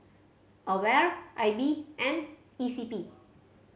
AWARE I B and E C P